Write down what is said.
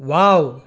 wow